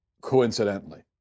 coincidentally